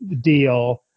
Deal